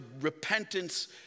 repentance